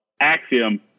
Axiom